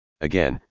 Again